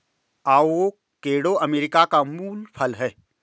avocado America का मूल फल है